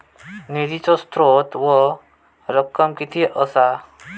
निधीचो स्त्रोत व रक्कम कीती असा?